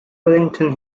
wellington